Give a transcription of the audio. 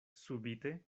subite